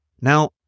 Now